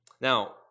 Now